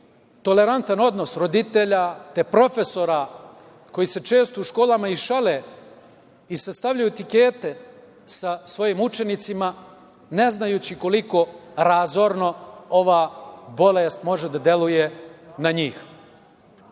tolerantan odnos roditelja, te profesora koji se često u školama i šale i sastavljaju tikete sa svojim učenicima ne znajući koliko razorno ova bolest može da deluje na